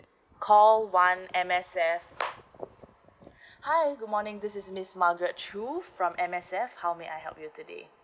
call one M_S_F hi good morning this is miss margaret choo from M_S_F how may I help you today